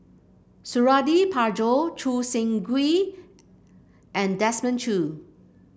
Suradi Parjo Choo Seng Quee and Desmond Choo